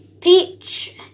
Peach